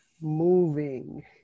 moving